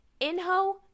Inho